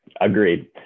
Agreed